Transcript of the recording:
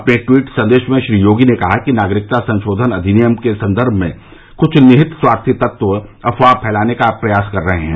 अपने ट्वीट संदेश में श्री योगी ने कहा कि नागरिकता संशोधन अविनियम के संदर्भ में कुछ निहित स्वार्थी तत्व अफवाह फैलाने का प्रयास कर रहे हैं